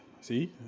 See